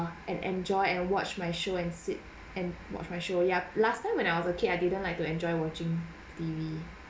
and enjoy and watch my show and sit and watch my show ya last time when I was a kid I didn't like to enjoy watching T_V